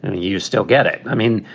and you still get it. i mean,